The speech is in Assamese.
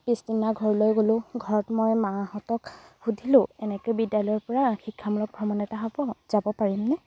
পিছদিনা ঘৰলৈ গ'লো ঘৰত মই মাহঁতক সুধিলোঁ এনেকৈ বিদ্যালয়ৰপৰা শিক্ষামূলক ভ্ৰমণ এটা হ'ব যাব পাৰিমনে